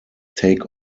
take